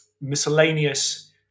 miscellaneous